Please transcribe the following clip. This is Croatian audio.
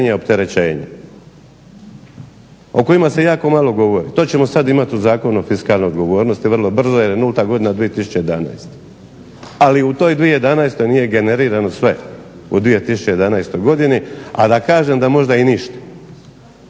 o kojima se jako malo govori, to ćemo sada imati u zakonu o fiskalnoj odgovornosti jer je nulta godina 2011. Ali u toj 2011. nije generirano sve, u toj 2011. godini a da kažem da možda i ništa.